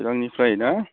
सिरांनिफ्राय ना